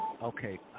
Okay